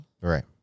Right